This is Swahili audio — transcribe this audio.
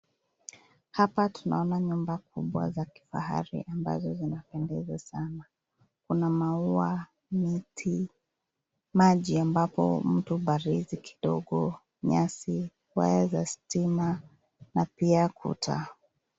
Hapa tunaona nyumba kubwa za kifahari ambazo zina pendeza sana. Kuna maua, miti, maji ambapo mtu hubarizi kidogo, nyasi, waya za stima na pia kuta.